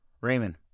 Raymond